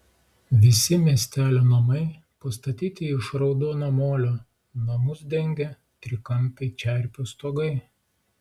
visi miestelio namai pastatyti iš raudono molio namus dengia trikampiai čerpių stogai